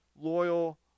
loyal